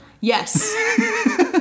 Yes